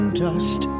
dust